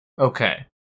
Okay